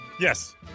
Yes